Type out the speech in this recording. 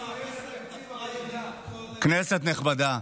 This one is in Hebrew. כנסת נכבדה,